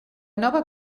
nova